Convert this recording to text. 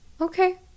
okay